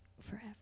forever